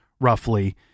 roughly